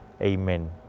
Amen